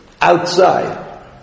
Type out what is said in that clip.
outside